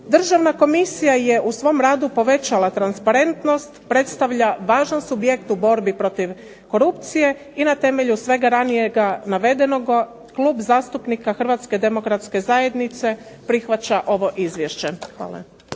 Državna komisija je u svom radu povećala transparentnost, predstavlja važan subjekt u borbi protiv korupcije i na temelju svega ranijega navedenoga Klub zastupnika Hrvatske demokratske zajednice prihvaća ovo izvješće. Hvala.